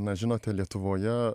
na žinote lietuvoje